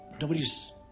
nobody's